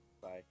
Bye